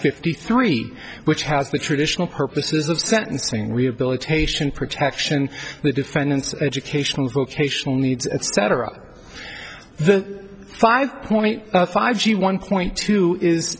fifty three which has the traditional purposes of sentencing rehabilitation protection the defendant's educational vocational needs etc the five point five g one point two is